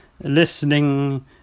listening